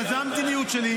וזו המדיניות שלי,